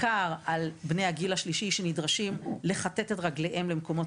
לפני שאני מעביר את רשות הדיבור למבקר המדינה,